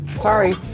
sorry